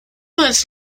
months